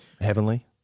Heavenly